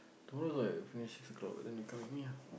tomorrow is like I finish six o-clock then you come meet me ah